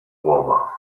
warmer